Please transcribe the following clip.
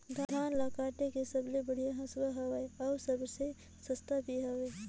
धान ल काटे के सबले बढ़िया हंसुवा हवये? अउ सबले सस्ता भी हवे?